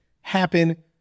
happen